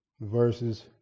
verses